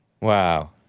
Wow